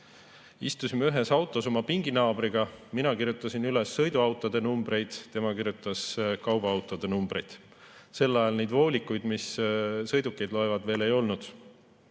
Istusime ühes autos oma pinginaabriga, mina kirjutasin üles sõiduautode numbreid, tema kirjutas kaubaautode numbreid. Sel ajal neid voolikuid, mis sõidukeid loendavad, veel ei olnud.